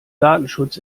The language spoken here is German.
datenschutz